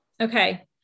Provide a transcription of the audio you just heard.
Okay